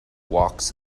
walks